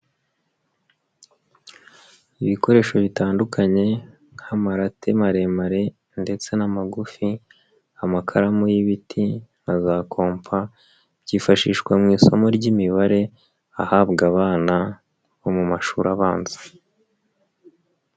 Ibikoresho bitandukanye nk'amarate maremare ndetse n'amagufi, amakaramu y'ibiti na za kompa, byifashishwa mu isomo ry'imibare, ahabwa abana bo mu mashuri abanza.